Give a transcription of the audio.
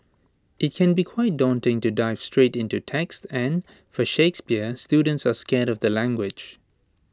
IT can be quite daunting to dive straight into text and for Shakespeare students are scared of the language